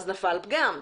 נפל פגם,